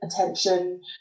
attention